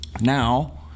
Now